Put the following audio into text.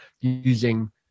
using